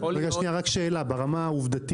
יש לי שאלה: ברמה העובדתית,